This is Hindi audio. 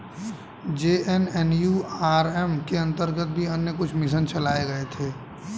जे.एन.एन.यू.आर.एम के अंतर्गत भी अन्य कुछ मिशन चलाए गए थे